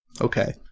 Okay